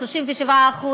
37%,